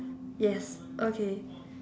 yes okay